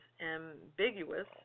ambiguous